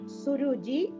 suruji